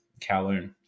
Kowloon